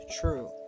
true